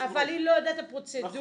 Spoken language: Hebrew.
אבל היא לא יודעת את הפרוצדורה.